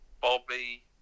Bobby